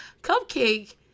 Cupcake